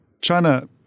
China